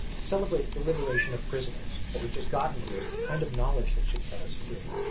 celebrates the liberation of prisoners. what we've just gotten here is the kind of knowledge that should set us free.